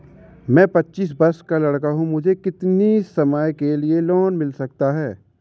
मैं पच्चीस वर्ष का लड़का हूँ मुझे कितनी समय के लिए लोन मिल सकता है?